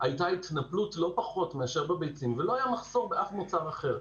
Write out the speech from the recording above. הייתה התנפלות לא פחות מאשר בביצים ולא היה מחסור באף מוצר אחר.